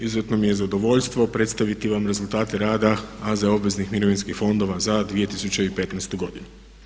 Izuzetno mi je zadovoljstvo predstaviti vam rezultate rada AZ obveznih mirovinskih fondova za 2015. godinu.